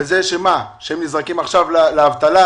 שהם נזרקים עכשיו לאבטלה?